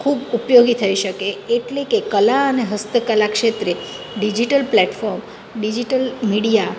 ખૂબ ઉપયોગી થઈ શકે એટલી કે કલા અને હસ્તકલા ક્ષેત્રે ડિઝિટલ પ્લેટફોમ ડિઝિટલ મીડિયા